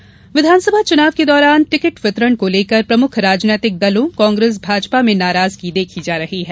असंतोष विधानसभा चुनाव के दौरान टिकट वितरण को लेकर प्रमुख राजनैतिक दलों कांग्रेस भाजपा में नाराजगी देखी जा रही है